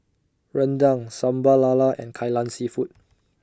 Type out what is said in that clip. Rendang Sambal Lala and Kai Lan Seafood